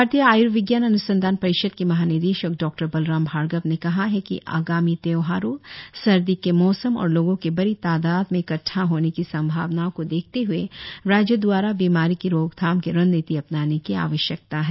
भारतीय आय्र्विज्ञान अन्संधान परिषद के महानिदेशक डॉक्टर बलराम भार्गव ने कहा है कि आगामी त्यौहारों सर्दी के मौसम और लोगों के बड़ी तादाद में इक्ट्डा होने की सम्भावना को देखते हए राज्यों दवारा बीमारी की रोकथाम की रणनीति अपनाने की आवश्यकता है